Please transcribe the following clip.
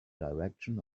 direction